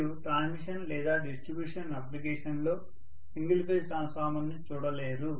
మీరు ట్రాన్స్మిషన్ లేదా డిస్ట్రిబ్యూషన్ అప్లికేషన్లో సింగిల్ ఫేజ్ ట్రాన్స్ఫార్మర్ను చూడలేరు